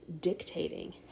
dictating